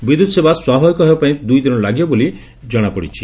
ବିଦ୍ୟୁତ୍ ସେବା ସ୍ୱାଭାବିକ ହେବା ପାଇଁ ଦୁଇଦିନ ଲାଗିବ ବୋଲି ଜଣାପଡିଛି